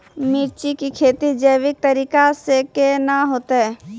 मिर्ची की खेती जैविक तरीका से के ना होते?